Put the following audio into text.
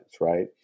Right